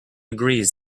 agrees